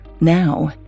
Now